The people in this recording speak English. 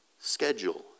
schedule